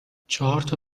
چهارتا